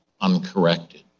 uncorrected